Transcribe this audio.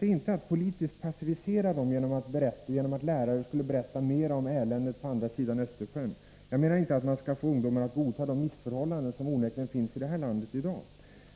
det intryck som jag har fått när jag själv har varit ute i skolorna och talat om Baltikum. Mitt syfte är inte att politiskt passivera ungdomar genom att lärare berättar mera om eländet på andra sidan Östersjön. Jag menar inte att man skall få ungdomar att godta de missförhållanden som i dag onekligen finns i det här landet.